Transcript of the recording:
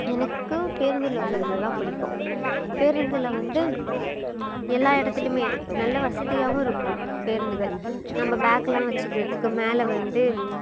எனக்கு பேருந்தில் செல்கிறதுதான் பிடிக்கும் பேருந்தில் வந்து எல்லா இடத்துலையுமே நல்ல வசதியாகவும் இருக்கும் பேருந்துகள் நம்ம பேக்லாம் வச்சுக்கிறதுக்கு மேலே வந்து